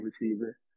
receiver